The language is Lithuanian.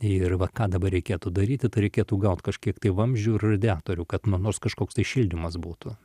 ir va ką dabar reikėtų daryti tai reikėtų gaut kažkiek tai vamzdžių ir radiatorių kad nors kažkoks tai šildymas būtų